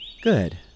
Good